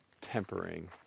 tempering